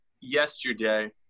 yesterday